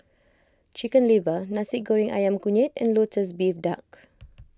Chicken Liver Nasi Goreng Ayam Kunyit and Lotus Leaf Duck